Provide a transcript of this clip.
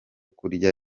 kurya